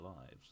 lives